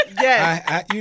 Yes